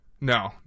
No